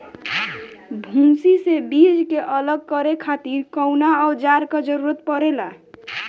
भूसी से बीज के अलग करे खातिर कउना औजार क जरूरत पड़ेला?